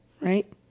right